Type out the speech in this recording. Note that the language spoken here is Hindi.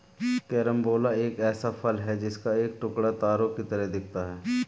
कैरम्बोला एक ऐसा फल है जिसका एक टुकड़ा तारों की तरह दिखता है